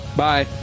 Bye